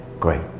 Great